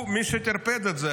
הוא מי שטרפד את זה.